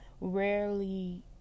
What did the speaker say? rarely